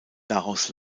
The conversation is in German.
daraus